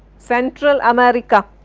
central america,